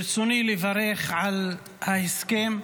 ברצוני לברך על ההסכם,